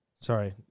Sorry